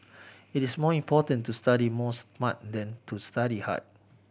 it is more important to study more smart than to study hard